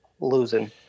losing